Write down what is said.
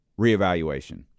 reevaluation